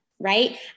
right